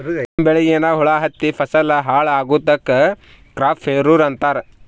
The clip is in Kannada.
ನಮ್ಮ್ ಬೆಳಿಗ್ ಏನ್ರಾ ಹುಳಾ ಹತ್ತಿ ಫಸಲ್ ಹಾಳ್ ಆಗಾದಕ್ ಕ್ರಾಪ್ ಫೇಲ್ಯೂರ್ ಅಂತಾರ್